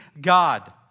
God